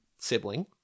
sibling